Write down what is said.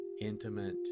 intimate